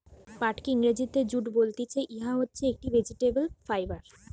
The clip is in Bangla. পাটকে ইংরেজিতে জুট বলতিছে, ইটা হচ্ছে একটি ভেজিটেবল ফাইবার